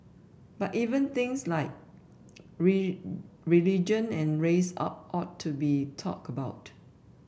but even things like religion and race ought to be talked about